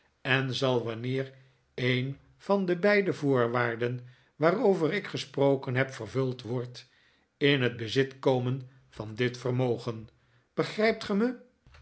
en zal wanneer een van de beide voorwaarden waarover ik gesproken heb vervuld wordt in het bezit komen van dit vermogen begrijpt ge mij